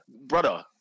brother